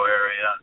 area